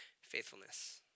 faithfulness